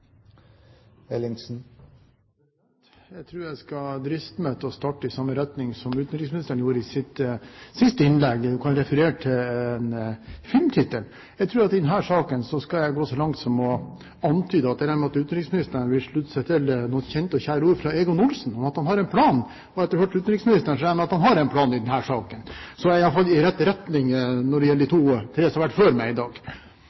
Jeg tror jeg skal driste meg til å starte i samme retning som utenriksministeren gjorde i sitt siste innlegg, der han refererte til en film. Jeg tror at i denne saken skal jeg gå så langt som å antyde at jeg regner med at utenriksministeren vil slutte seg til noen kjente og kjære ord fra Egon Olsen, at han har en plan. Etter å ha hørt utenriksministeren regner jeg med at han har en plan i denne saken. Så jeg er i hvert fall i rett retning i forhold til de tre som har vært før meg her i dag.